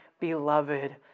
beloved